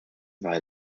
via